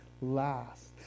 last